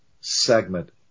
segment